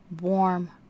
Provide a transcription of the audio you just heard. warm